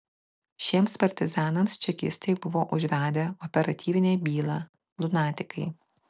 šiems partizanams čekistai buvo užvedę operatyvinę bylą lunatikai